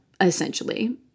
essentially